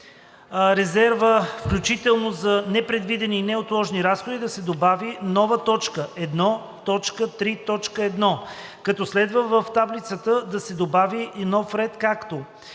„Резерв, включително за непредвидени и неотложни разходи“ да се добави нова точка 1.3.1, както следва: в таблицата да се добави нов ред, като: